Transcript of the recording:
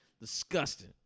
disgusting